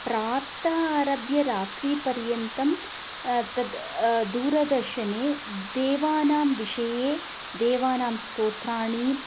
प्रातः आरभ्य रात्रीपर्यन्तं तद् दूरदर्शने देवानां विषये देवानां स्तोत्राणि